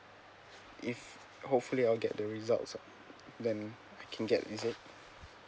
if hopefully I'll get the results then I can get isn't it